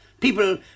People